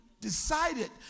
Decided